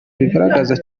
bigaragaza